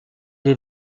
des